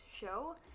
show